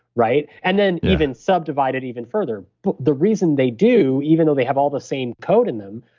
right? and then even subdivided even further. but the reason they do even though they have all the same code in them,